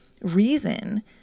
reason